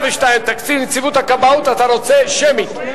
משרד הפנים (ייעוץ משפטי),